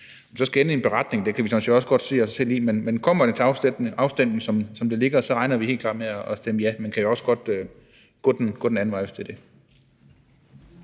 så skal ende i en beretning, må vi se på – det kan vi sådan set også godt se os selv i – men kommer det til afstemning, som det ligger, regner vi helt klart med at stemme ja. Men vi kan også gå den anden vej, hvis det